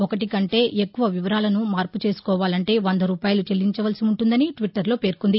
ఒకటి కంటే ఎక్కువ వివరాలను మార్పు చేసుకోవాలంటే వంద రూపాయలు చెల్లించవలసి ఉంటుందని ట్విట్లర్లో పేర్కొంది